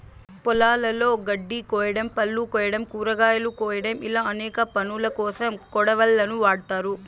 పొలాలలో గడ్డి కోయడం, పళ్ళు కోయడం, కూరగాయలు కోయడం ఇలా అనేక పనులకోసం కొడవళ్ళను వాడ్తారు